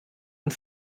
und